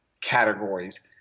categories